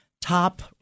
top